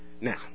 Now